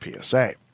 PSA